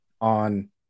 on